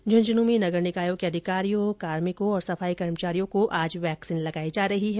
झंझन्न में नगर निकायों के अधिकारियों कार्मिकों और सफाई कर्मचारियों को आज वैक्सीन लगाई जा रही है